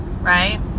right